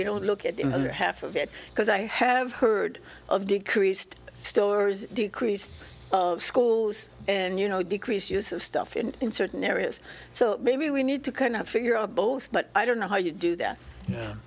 we don't look at the other half of it because i have heard of decreased stores decreased schools and you know decrease use of stuff in certain areas so maybe we need to kind of figure out both but i don't know how you do that